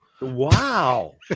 Wow